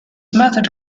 method